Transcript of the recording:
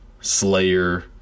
Slayer